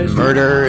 murder